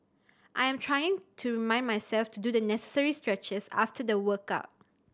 I am trying to remind myself to do the necessary stretches after the workout